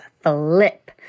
flip